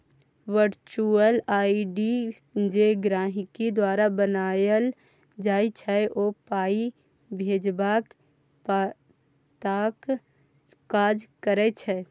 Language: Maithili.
बर्चुअल आइ.डी जे गहिंकी द्वारा बनाएल जाइ छै ओ पाइ भेजबाक पताक काज करै छै